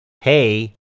hey